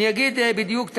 אומר בדיוק את